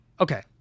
Okay